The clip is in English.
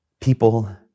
people